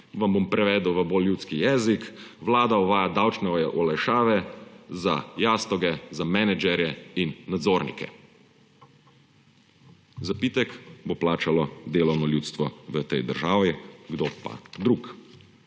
vam bom prevedel v bolj ljudski jezik: Vlada uvaja davčne olajšave za jastoge za menedžerje in nadzornike, zapitek bo plačalo delovno ljudstvo v tej državi, kdo pa drugi.